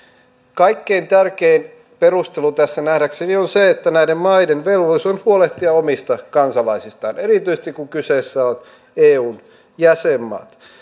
kaikkein tärkein perustelu tässä nähdäkseni on se että näiden maiden velvollisuus on huolehtia omista kansalaisistaan erityisesti kun kyseessä ovat eun jäsenmaat